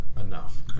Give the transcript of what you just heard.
enough